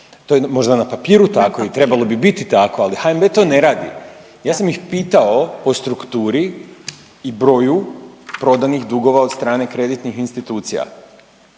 to je možda na papiru tako i trebalo bi biti tako, ali HNB to ne radi. Ja sam ih pitao po strukturi i broju prodanih dugova od strane kreditnih institucija,